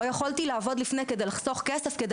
לא יכולתי לעבוד לפני כדי לחסוך כסף כדי